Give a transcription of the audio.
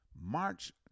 March